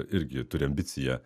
irgi turi ambiciją